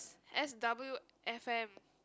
S_W_F_M